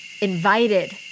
invited